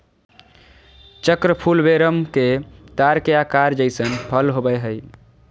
चक्र फूल वेरम के तार के आकार जइसन फल होबैय हइ